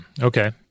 Okay